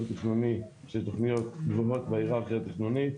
התכנוני של תוכניות שנוגעות בהיררכיה התכנונית,